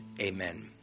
Amen